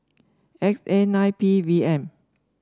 X A nine P V M